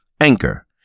Anchor